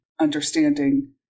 understanding